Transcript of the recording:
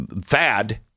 Thad